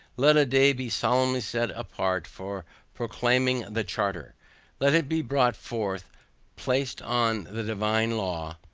let a day be solemnly set apart for proclaiming the charter let it be brought forth placed on the divine law,